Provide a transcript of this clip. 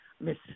Miss